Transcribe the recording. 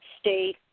state